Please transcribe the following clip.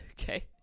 Okay